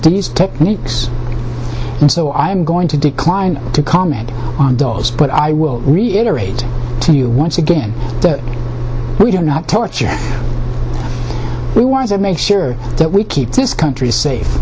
these techniques so i am going to decline to comment on dollars but i will reiterate to you once again that we do not torture we want to make sure that we keep this country safe